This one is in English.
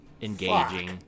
engaging